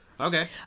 Okay